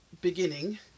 beginning